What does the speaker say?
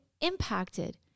impacted